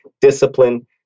discipline